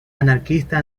anarquista